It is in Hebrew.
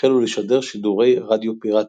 והחלו לשדר שידורי רדיו פיראטי,